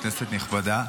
כנסת נכבדה,